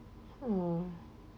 mm